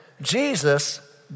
Jesus